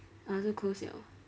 I also close liao